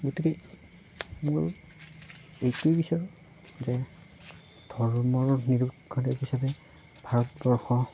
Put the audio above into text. গতিকে মোৰ এইটোৱে বিচাৰোঁ যে ধৰ্ম নিৰপেক্ষ দেশ হিচাপে ভাৰতবৰ্ষ